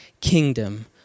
kingdom